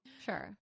Sure